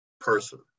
person